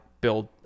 build